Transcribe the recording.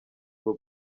rwo